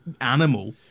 animal